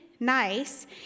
Nice